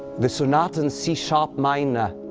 the sonata in c-sharp minor,